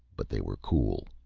but they were cool.